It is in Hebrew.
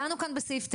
דנו כאן בסעיף 9,